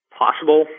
possible